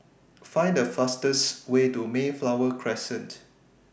Find The fastest Way to Mayflower Crescent